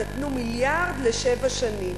נתנו מיליארד לשבע שנים.